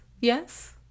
yes